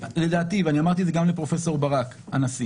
לדעתי - ואני אמרתי את זה גם לפרופ' ברק, הנשיא